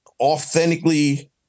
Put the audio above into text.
authentically